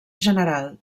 general